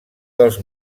dels